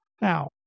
Now